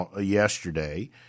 yesterday